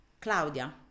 Claudia